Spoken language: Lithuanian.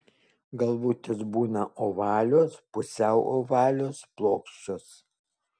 galvutės būna ovalios pusiau ovalios plokščios